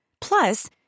Plus